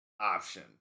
option